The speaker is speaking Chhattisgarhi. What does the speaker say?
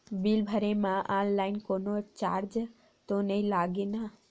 बिल भरे मा ऑनलाइन कोनो चार्ज तो नई लागे ना?